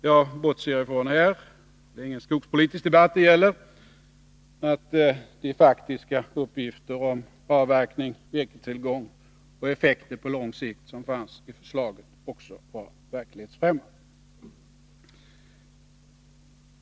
Jag bortser här från — det är ingen skogspolitisk debatt det gäller — att de faktiska uppgifter om avverkning, virkestillgång och effekter på lång sikt som fanns i förslaget också var verklighetsfrämmande.